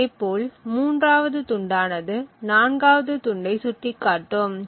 அதே போல் மூன்றாவது துண்டானது நான்காவது துண்டை சுட்டிக் காட்டும்